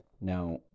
Now